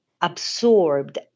absorbed